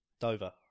Dover